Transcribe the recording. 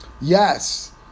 yes